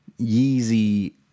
Yeezy